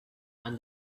and